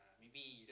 maybe you